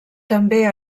també